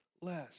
less